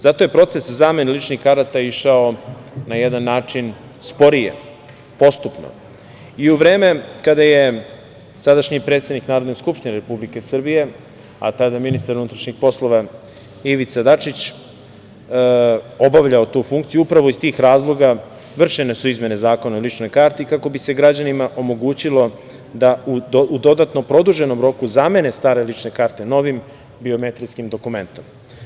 Zato je proces zamene ličnih karata išao na jedan način sporije, postupno i u vreme kada je sadašnji predsednik Narodne Skupštine Republike Srbije, a tada ministar unutrašnjih poslova Ivica Dačić, obavljao tu funkciju, upravo iz tih razloga, vršene su izmene zakona o ličnoj karti, kako bi se građanima omogućilo da u dodatno produženom roku zamene stare lične karte, novim biometrijskim dokumentom.